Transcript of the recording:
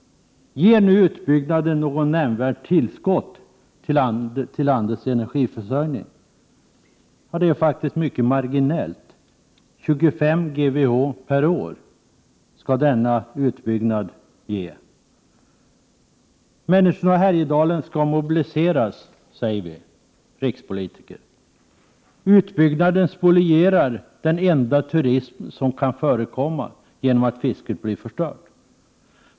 Ger nu utbyggnaden något nämnvärt tillskott till landets energiförsörjning? Det är faktiskt mycket marginellt. Denna utbyggnad skall ge 25 GWh/år. Människorna i Härjedalen skall mobiliseras, säger vi rikspolitiker. Utbyggnaden spolierar den enda turism som kan förekomma genom att fisket blir förstört.